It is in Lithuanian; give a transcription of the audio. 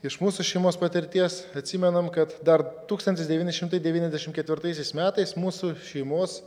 iš mūsų šeimos patirties atsimenam kad dar tūkstantis devyni šimtai devyniasdešim ketvirtaisiais metais mūsų šeimos